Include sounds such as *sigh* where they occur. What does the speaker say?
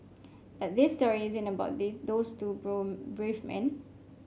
but this story isn't about these those two *unintelligible* brave men